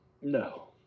No